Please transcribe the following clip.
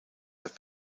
have